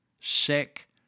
sick